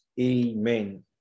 Amen